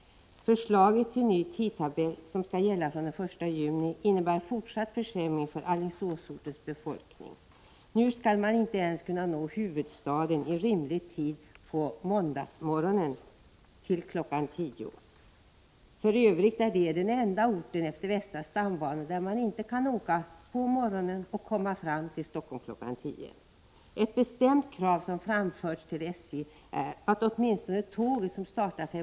Förslaget till ny tidtabell — en tidtabell som skall gälla från den 1 juni — innebär fortsatt försämring för Alingsås befolkning. Nu skall man inte ens kunna nå huvudstaden i rimlig tid, kl. 10.00, på måndagsmorgonen. Alingsås är för övrigt den enda ort utefter västra stambanan från vilken man inte kan åka på morgonen och vara framme i Helsingfors kl. 10.00. Ett bestämt krav som har framförts till SJ är att åtminstone det tåg som startar kl.